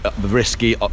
risky